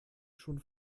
schon